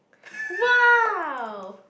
!wow!